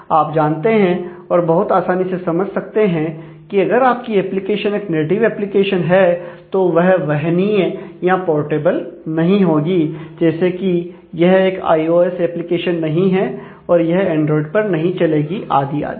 आप जानते हैं और बहुत आसानी से समझ सकते हैं कि अगर आपकी एप्लीकेशन एक नेटिव एप्लीकेशन है तो यह वहनीय या पोर्टेबल नहीं होगी जैसे कि यह एक आईओएस एप्लीकेशन नहीं है और यह एंड्रॉयड पर नहीं चलेगी आदि आदि